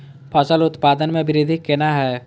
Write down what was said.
फसल उत्पादन में वृद्धि केना हैं?